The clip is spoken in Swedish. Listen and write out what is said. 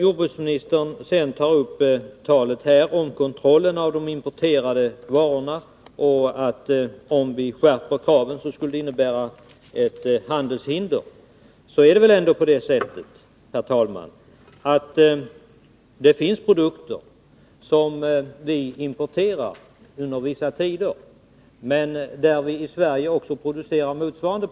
Jordbruksministern tar upp frågan om kontroll av de importerade varorna och säger att om vi skärper kraven, så skulle det innebära ett handelshinder. Det är ändå på det sättet, herr talman, att det finns produkter som vi importerar under vissa tider, men som vi producerar också här i Sverige.